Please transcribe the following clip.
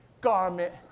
garment